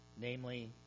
namely